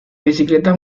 bicicletas